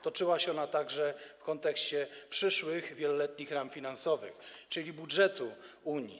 Toczyła się ona także w kontekście przyszłych wieloletnich ram finansowych, czyli budżetu Unii.